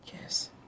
Yes